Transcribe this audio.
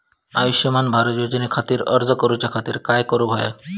आयुष्यमान भारत योजने खातिर अर्ज करूच्या खातिर काय करुक होया?